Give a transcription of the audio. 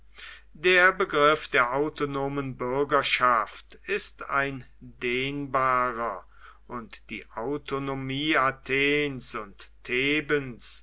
der begriff der autonomen bürgerschaft ist ein dehnbarer und die autonomie athens und thebens